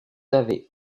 avez